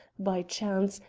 by chance,